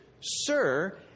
sir